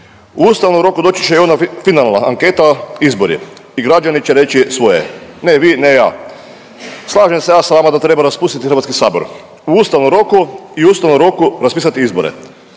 U ustavnom roku doći će i ona finalna anketa, izbori i građani će reći svoje, ne vi, ne ja. Slažem se ja s vama da treba raspustiti HS u ustavnom roku i u ustavnom roku raspisati izbore,